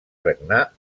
regnar